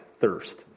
thirst